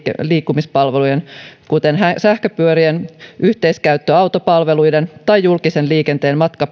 liikkumispalvelujen kuten sähköpyörien yhteiskäyttöautopalveluiden tai julkisen liikenteen